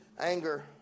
anger